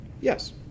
Yes